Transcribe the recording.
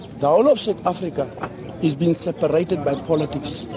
the whole of south africa has been separated by politics,